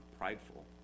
prideful